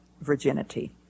virginity